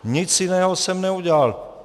Nic jiného jsem neudělal.